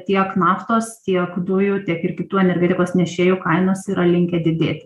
tiek naftos tiek dujų tiek ir kitų energetikos nešėjų kainos yra linkę didėti